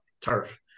turf